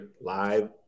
live